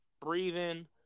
Breathing